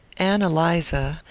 ann eliza,